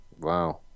Wow